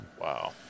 Wow